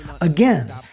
Again